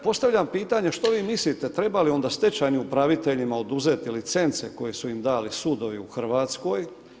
Postavljam pitanje što vi mislite treba li onda stečajnim upraviteljima oduzeti licence koje su im dali sudovi u Hrvatskoj?